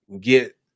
Get